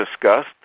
discussed